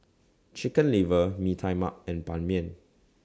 Chicken Liver Mee Tai Mak and Ban Mian